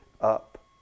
up